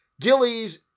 Gillies